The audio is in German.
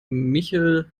michel